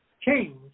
change